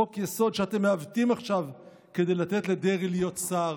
חוק-יסוד שאתם מעוותים עכשיו כדי לתת לדרעי להיות שר.